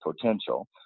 potential